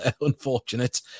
unfortunate